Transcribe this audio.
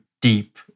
deep